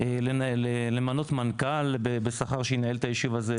את הכלים למנות מנכ"ל בשכר שינהל את היישוב הזה,